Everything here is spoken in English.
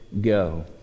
go